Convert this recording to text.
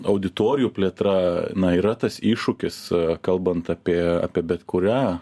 auditorijų plėtra na yra tas iššūkis kalbant apie apie bet kurią